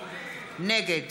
נגד